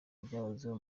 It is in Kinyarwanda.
byahozeho